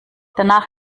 danach